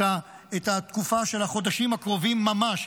את התקופה של החודשים הקרובים ממש,